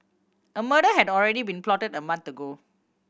a murder had already been plotted a month ago